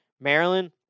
Maryland